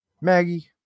maggie